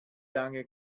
lange